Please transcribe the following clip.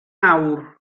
awr